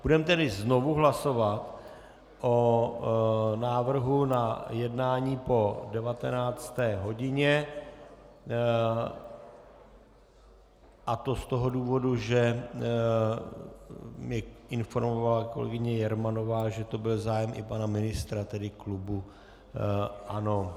Budeme tedy znovu hlasovat o návrhu na jednání po 19. hodině, a to z toho důvodu, že mě informovala kolegyně Jermanová, že to byl zájem i pana ministra, tedy klubu ANO.